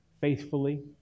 faithfully